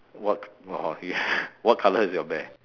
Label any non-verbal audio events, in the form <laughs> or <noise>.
what <laughs> what colour is your bear